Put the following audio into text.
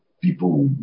people